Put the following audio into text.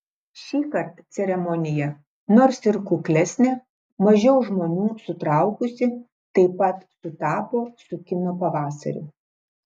šįkart ceremonija nors ir kuklesnė mažiau žmonių sutraukusi taip pat sutapo su kino pavasariu